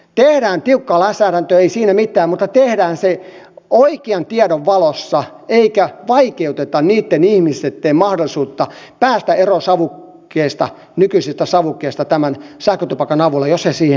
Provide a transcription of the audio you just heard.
tehdään tiukkaa lainsäädäntöä ei siinä mitään mutta tehdään se oikean tiedon valossa eikä vaikeuteta ihmisten mahdollisuutta päästä eroon nykyisistä savukkeista sähkötupakan avulla jos he sitä haluavat